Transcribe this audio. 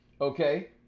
Okay